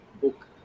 book